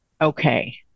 okay